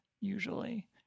usually